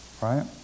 right